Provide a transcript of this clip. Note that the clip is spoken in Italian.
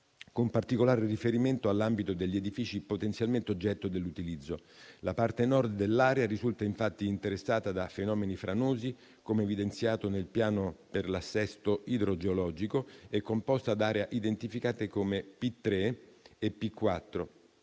con particolare riferimento all'ambito degli edifici potenzialmente oggetto di utilizzo. La parte nord dell'area risulta infatti interessata da fenomeni franosi, come evidenziato nel piano per l'assesto idrogeologico, e composta da aree identificate come P3 e P4.